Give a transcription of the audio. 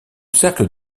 cercle